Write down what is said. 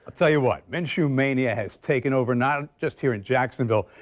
tell you what minshew mania has taken over not just here in jacksonville.